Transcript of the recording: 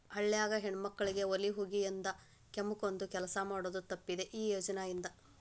ಹಳ್ಯಾಗ ಹೆಣ್ಮಕ್ಕಳಿಗೆ ಒಲಿ ಹೊಗಿಯಿಂದ ಕೆಮ್ಮಕೊಂದ ಕೆಲಸ ಮಾಡುದ ತಪ್ಪಿದೆ ಈ ಯೋಜನಾ ಇಂದ